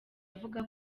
avuga